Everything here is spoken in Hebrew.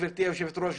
גברתי היושבת ראש,